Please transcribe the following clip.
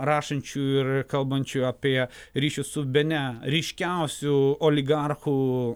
rašančių ir kalbančių apie ryšius su bene ryškiausiu oligarchu